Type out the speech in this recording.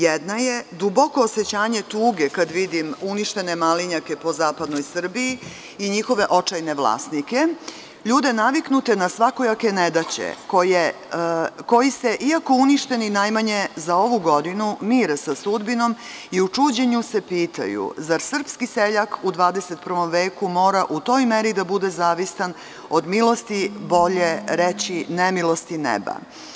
Jedna je duboko osećanje tuge kada vidim uništene malinjake po zapadnoj Srbiji i njihove očajne vlasnike, ljude naviknute na svakojake nedaće koji se, iako uništeni najmanje za ovu godinu, mire sa sudbinom i u čuđenju se pitaju – zar srpski seljak u 21. veku mora u toj meri da bude zavistan od milosti, a bolje reći nemilosti neba?